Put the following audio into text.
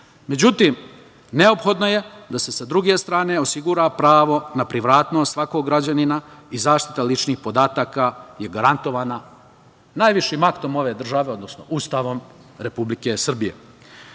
Međutim, neophodno je se da se sa druge strane osigura pravo na privatnost svakog građanina i zaštita ličnih podataka je garantovana najvišim aktom ove države, odnosno Ustavom Republike Srbije. Iako